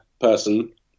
person